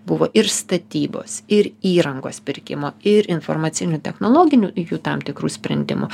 buvo ir statybos ir įrangos pirkimo ir informacinių technologinių tam tikrų sprendimų